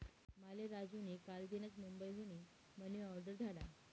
माले राजू नी कालदीनच मुंबई हुन मनी ऑर्डर धाडा